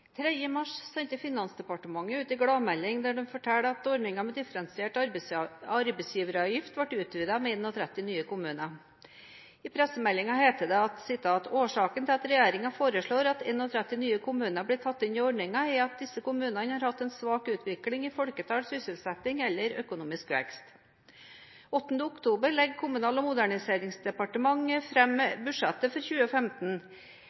13. mars sendte Kommunal- og moderniseringsdepartementet ut en gladmelding der de fortalte at ordningen med differensiert arbeidsgiveravgift ble utvidet med 31 nye kommuner. I pressemeldingen het det: «Årsaken til at regjeringen foreslår at 31 nye kommuner blir tatt inn i ordningen er at disse kommunene har hatt en svak utvikling i folketall, sysselsetting eller økonomisk vekt.» Den 8. oktober la Kommunal- og moderniseringsdepartementet fram budsjettet for 2015.